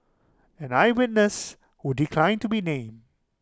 an eye witness who declined to be named